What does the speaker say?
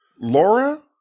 Laura